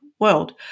world